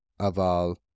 Aval